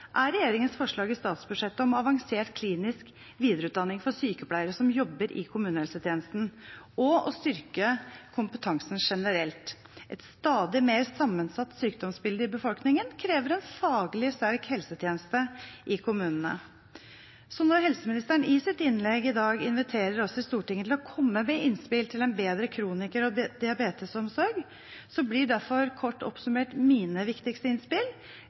er regjeringens forslag i statsbudsjettet om avansert klinisk videreutdanning for sykepleiere som jobber i kommunehelsetjenesten, og å styrke kompetansen generelt. Et stadig mer sammensatt sykdomsbilde i befolkningen krever en faglig sterk helsetjeneste i kommunene. Når helseministeren i sitt innlegg i dag inviterer oss i Stortinget til å komme med innspill til en bedre kroniker- og diabetesomsorg, blir derfor, kort oppsummert, mine viktigste innspill: